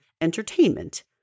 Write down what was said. entertainment